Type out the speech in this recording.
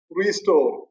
restore